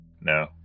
No